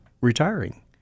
retiring